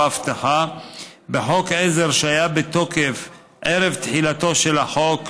אבטחה בחוק עזר שהיה בתוקף ערב תחילתו של החוק,